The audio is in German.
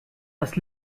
das